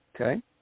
Okay